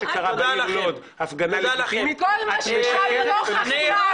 שקרה בעיר לוד הפגנה לגיטימית את משקרת ומסיתה.